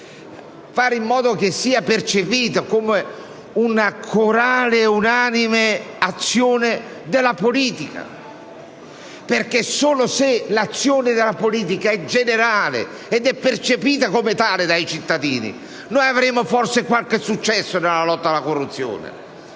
in modo che essa sia percepita come una corale e unanime azione della politica. Perché solo se l'azione della politica generale è percepita come tale dai cittadini potremo ottenere forse qualche successo nella lotta alla corruzione.